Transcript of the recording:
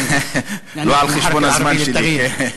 לא על חשבון הזמן שלי.